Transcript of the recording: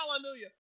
hallelujah